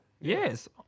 Yes